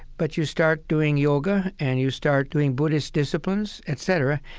but you start doing yoga and you start doing buddhist disciplines, etc.